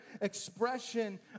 expression